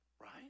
Right